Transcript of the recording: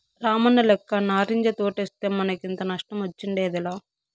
రామన్నలెక్క నారింజ తోటేస్తే మనకింత నష్టమొచ్చుండేదేలా